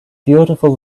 beautiful